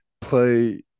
play –